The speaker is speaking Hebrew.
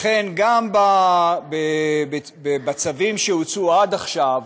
לכן, גם בצווים שהוצאו עד עכשיו,